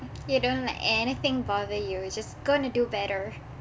you don't let anything bother you just going to do better